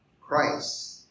Christ